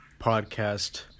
podcast